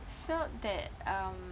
felt that um